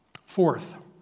Fourth